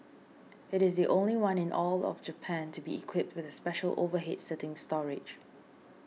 it is the only one in all of Japan to be equipped with the special overhead seating storage